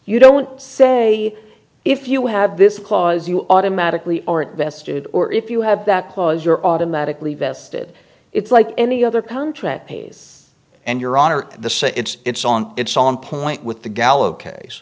you don't say if you have this clause you automatically or it vested or if you have that cause you're automatically vested it's like any other contract pays and your honor the say it's on it's on point with the gallo case